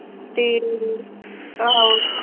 ते आहो